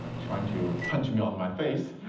trying to punch me on my face.